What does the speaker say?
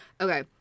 okay